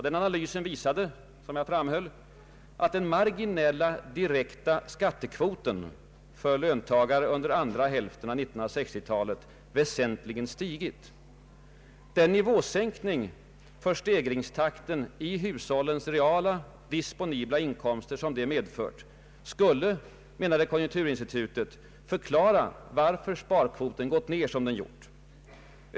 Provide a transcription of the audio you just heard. Den visade, som jag framhöll, att den marginella direkta skattekvoten för lönta gare under andra hälften av 1960-talet väsentligen stigit. Den nivåsänkning för stegringstakten i hushållens reala disponibla inkomster som detta medför skulle — menade konjunkturinstitutet — förklara varför sparkvoten gått ned som den gjort.